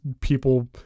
people